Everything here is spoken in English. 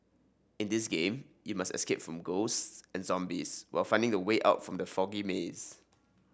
in this game you must escape from ghosts and zombies while finding the way out from the foggy maze